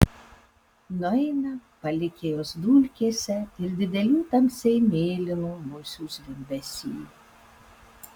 nueina palikę juos dulkėse ir didelių tamsiai mėlynų musių zvimbesy